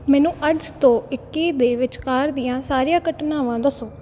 ਮੈਨੂੰ ਅੱਜ ਤੋਂ ਇੱਕੀ ਦੇ ਵਿਚਕਾਰ ਦੀਆਂ ਸਾਰੀਆਂ ਘਟਨਾਵਾਂ ਦੱਸੋ